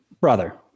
Brother